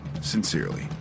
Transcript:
Sincerely